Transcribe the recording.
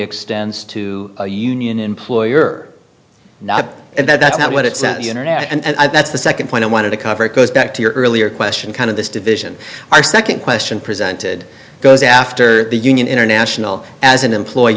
extends to a union employer and that's not what it's the internet and that's the second point i wanted to cover it goes back to your earlier question kind of this division are second question presented goes after the union international as an employee